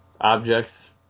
objects